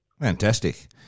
Fantastic